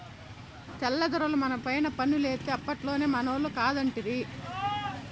తెల్ల దొరలు మనపైన పన్నులేత్తే అప్పట్లోనే మనోళ్లు కాదంటిరి